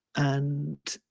and